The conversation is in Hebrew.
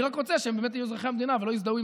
אני רק רוצה שהם באמת יהיו אזרחי המדינה ולא יזדהו עם